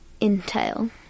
entail